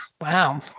wow